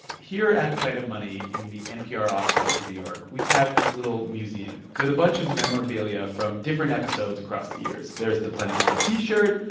here at planet money, in the npr offices in new york, we have this little museum with a bunch of memorabilia from different episodes across the years. there is the planet money t-shirt,